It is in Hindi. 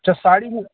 अच्छा साड़ी